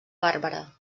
bàrbara